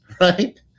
right